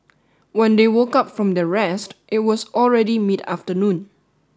when they woke up from their rest it was already mid afternoon